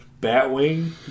Batwing